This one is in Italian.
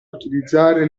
utilizzare